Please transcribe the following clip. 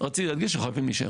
רציתי להגיד שחייבים להישאר.